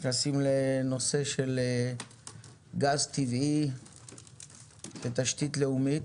נכנסים לנושא של גז טבעי כתשתית לאומית.